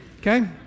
Okay